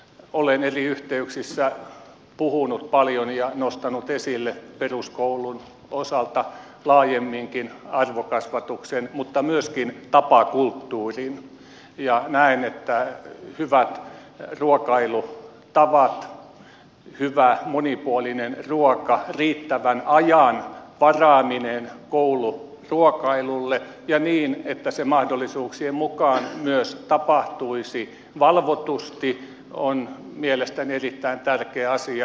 olen eri yhteyksissä puhunut paljon ja nostanut esille peruskoulun osalta laajemminkin arvokasvatuksen mutta myöskin tapakulttuurin ja näen että hyvät ruokailutavat hyvä monipuolinen ruoka riittävän ajan varaaminen kouluruokailulle niin että se mahdollisuuksien mukaan myös tapahtuisi valvotusti on mielestäni erittäin tärkeä asia